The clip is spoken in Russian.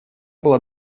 была